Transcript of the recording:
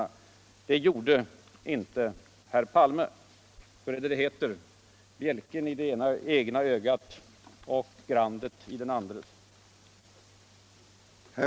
Det gjorde inte herr Palme. Hur är det med bjälken i det egna ögat och grandet i den andres? Allmänpolitisk debatt